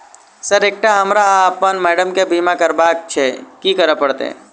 Sir एकटा हमरा आ अप्पन माइडम केँ बीमा करबाक केँ छैय की करऽ परतै?